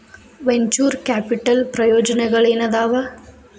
venture capital ಪ್ರಯೋಜನಗಳೇನಾದವ